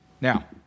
Now